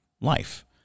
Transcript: life